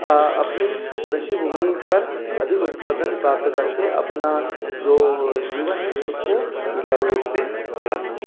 अपनी कृषि भूमि पर अधिक उत्पादन प्राप्त करके अपना जो जीवन है उसको सुचारु रूप से चला सकता है